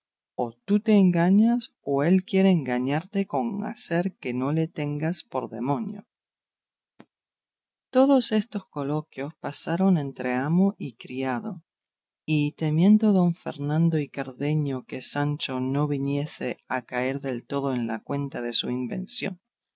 o tú te engañas o él quiere engañarte con hacer que no le tengas por demonio todos estos coloquios pasaron entre amo y criado y temiendo don fernando y cardenio que sancho no viniese a caer del todo en la cuenta de su invención